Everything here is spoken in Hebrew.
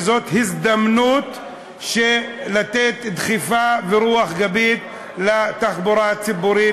וזאת הזדמנות לתת דחיפה ורוח גבית לתחבורה הציבורית,